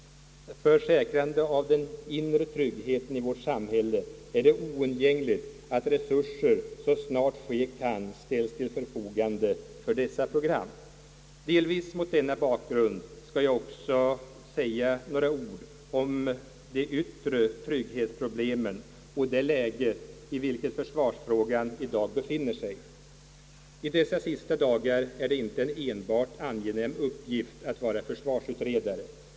För säkrande av den inre tryggheten i vårt samhälle är det oundgängligt att resurser så snart ske kan ställs till förfogande för dessa program. Delvis mot denna bakgrund skulle jag också vilja säga några ord om de yttre trygghetsproblemen och det läge i vilket försvarsfrågan i dag befinner sig. I dessa sista dagar är det inte en enbart angenäm uppgift att vara försvarsutredare.